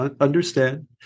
Understand